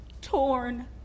torn